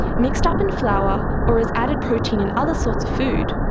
mixed up in flour or as added protein in other sorts of food,